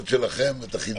כן.